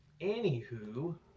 Anywho